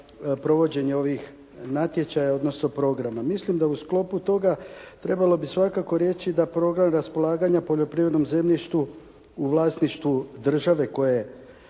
provođenje ovih natječaja, odnosno programa. Mislim da u sklopu toga trebalo bi svakako reći da program raspolaganja poljoprivrednom zemljištu u vlasništvu države koje